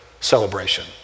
celebration